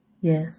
Yes